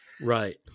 Right